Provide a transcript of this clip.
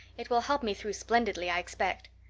it will help me through splendidly, i expect.